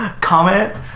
comment